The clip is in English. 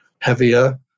heavier